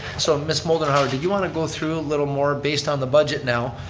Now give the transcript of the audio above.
so ms. moldenhaur, do you want to go through a little more based on the budget now?